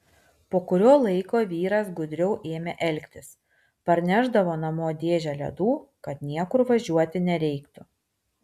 po kurio laiko vyras gudriau ėmė elgtis parnešdavo namo dėžę ledų kad niekur važiuoti nereiktų